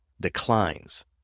declines